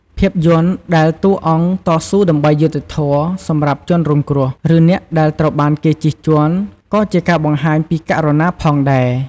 ភាពយន្តដែលតួអង្គតស៊ូដើម្បីយុត្តិធម៌សម្រាប់ជនរងគ្រោះ ឬអ្នកដែលត្រូវបានគេជិះជាន់ ក៏ជាការបង្ហាញពីករុណាផងដែរ។